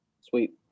Sweet